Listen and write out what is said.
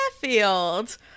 Fairfield